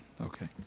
Okay